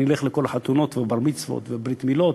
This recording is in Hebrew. אני אלך לכל החתונות והבר-מצוות ובריתות המילה,